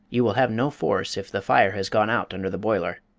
you will have no force if the fire has gone out under the boiler.